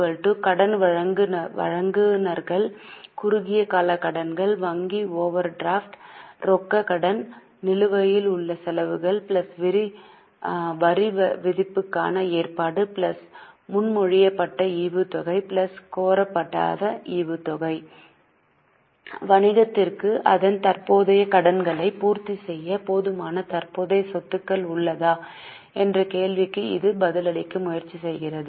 L கடன் வழங்குநர்கள் குறுகிய கால கடன்கள் வங்கி ஓவர் டிராஃப்ட் ரொக்க கடன் நிலுவையில் உள்ள செலவுகள் வரிவிதிப்புக்கான ஏற்பாடு முன்மொழியப்பட்ட ஈவுத்தொகை கோரப்படாத ஈவுத்தொகை வணிகத்திற்கு அதன் தற்போதைய கடன்களை பூர்த்தி செய்ய போதுமான தற்போதைய சொத்துக்கள் உள்ளதா என்ற கேள்விக்கு இது பதிலளிக்க முயற்சிக்கிறது